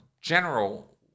general